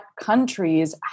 countries